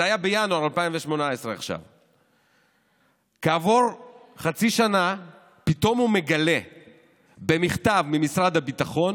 זה היה בינואר 2018. כעבור חצי שנה פתאום הוא מגלה במכתב ממשרד הביטחון